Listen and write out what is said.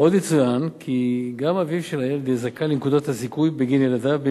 עוד יצוין כי גם אביו של הילד יהיה זכאי לנקודות הזיכוי בגין ילדו אם